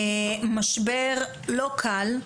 משבר לא קל,